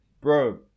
bro